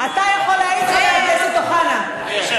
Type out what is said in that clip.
אתה יכול להעיד, חבר הכנסת אוחנה, אני שואל.